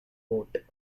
vote